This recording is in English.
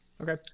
Okay